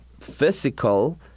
physical